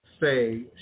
say